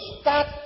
start